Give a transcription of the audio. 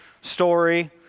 story